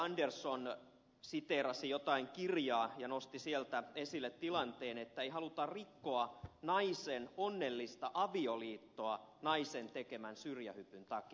andersson siteerasi jotain kirjaa ja nosti sieltä esille tilanteen että ei haluta rikkoa naisen onnellista avioliittoa naisen tekemän syrjähypyn takia